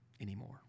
anymore